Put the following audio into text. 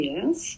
Yes